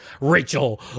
rachel